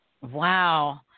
Wow